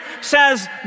says